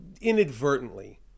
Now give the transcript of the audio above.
inadvertently